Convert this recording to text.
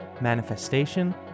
manifestation